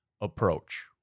approach